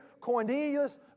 Cornelius